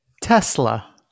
Tesla